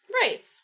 Right